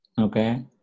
Okay